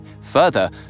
Further